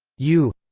u?